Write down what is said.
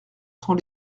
sont